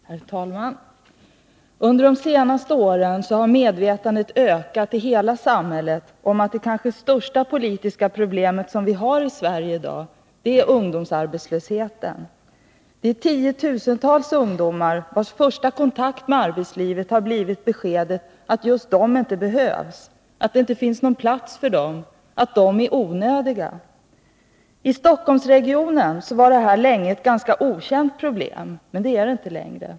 Herr talman! Under de senaste åren har medvetandet ökat i hela samhället om att det kanske största problemet vi har i Sverige i dag är ungdomsarbetslösheten. Den har drabbat tiotusentals ungdomar vars första kontakt med arbetslivet har blivit beskedet att just de inte behövs, att det inte finns någon plats för dem, att de är onödiga. I Stockholmsregionen var detta länge ett ganska okänt problem, men det är det inte längre.